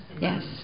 yes